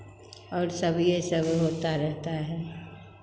और सब ये सब होता रहता है